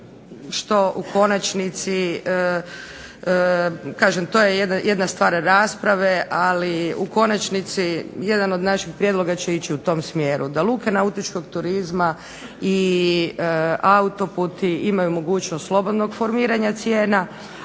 što u konačnici, to je jedna stvar rasprave ali u konačnici jedan od naših prijedloga će ići u tom smjeru da luke nautičkog turizma i autoputi imaju mogućnost slobodnog formiranja cijena,